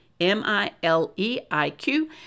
M-I-L-E-I-Q